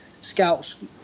scouts